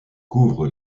couvre